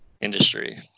Industry